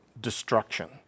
destruction